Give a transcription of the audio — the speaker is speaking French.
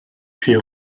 puis